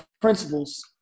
Principles